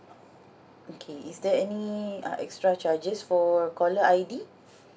okay is there any uh extra charges for caller I_D